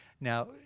now